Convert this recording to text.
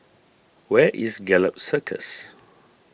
where is Gallop Circus